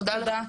תודה.